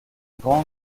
grand